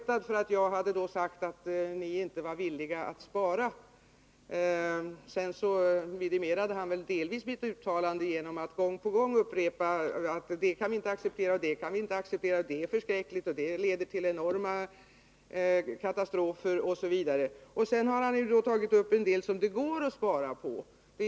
terna inte var villiga att spara. Sedan vidimerade han delvis mitt uttalande genom att gång på gång upprepa: det kan vi inte acceptera, det är förskräckligt, det leder till enorma katastrofer osv. Därefter tog han upp en del områden där det går att spara.